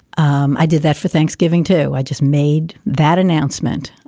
um i did that for thanksgiving, too. i just made that announcement.